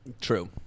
True